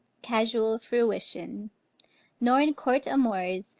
casual fruition nor in court amours,